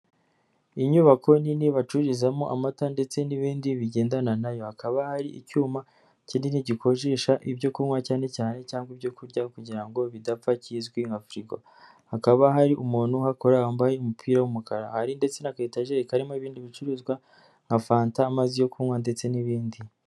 Inyubako nini bacururizamo amata ndetse n'ibindi bigendana nayo, hakaba hari icyuma kinini gikonjesha ibyo kunywa cyane cyane cyangwa ibyo kurya kugira ngo bidapfa kizwi nka firigo, hakaba hari umuntu uhakora wambaye umupira w'umukara, hari ndetse na akayetajeri karimo ibindi bicuruzwa nka fanta, amazi yo kunywa ndetse n'ibindi.